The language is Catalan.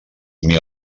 mil